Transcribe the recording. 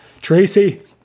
Tracy